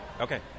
Okay